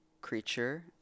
creature